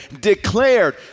declared